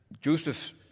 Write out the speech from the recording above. Joseph